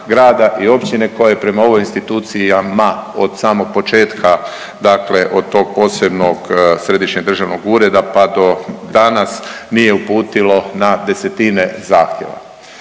i općine koja je prema ovim institucijama od samog početka, dakle od tog posebnog Središnjeg državnog ureda pa do danas nije uputilo na desetine zahtjeva.